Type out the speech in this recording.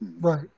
Right